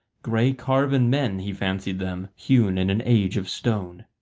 grey carven men he fancied them, hewn in an age of stone.